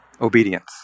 obedience